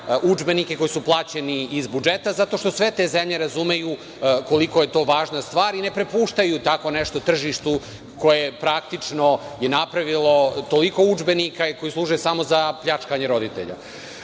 udžbenike koji su plaćeni iz budžeta zato što sve te zemlje razumeju koliko je to važna stvar i ne prepuštaju tako nešto tržištu koje je praktično i napravilo toliko udžbenika koji služe samo za pljačkanje roditelja.